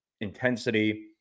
intensity